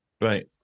Right